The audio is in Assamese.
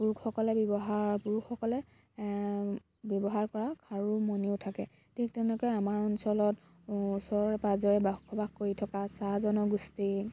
পুৰুষসকলে ব্যৱহাৰ পুৰুষসকলে ব্যৱহাৰ কৰা খাৰু মণিও থাকে ঠিক তেনেকৈ আমাৰ অঞ্চলত ওচৰে পাজৰে বসবাস কৰি থকা চাহ জনগোষ্ঠী